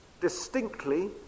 distinctly